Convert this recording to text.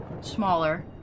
Smaller